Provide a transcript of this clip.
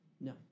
No